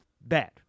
Bad